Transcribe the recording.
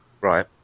right